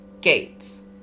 gates